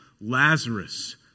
Lazarus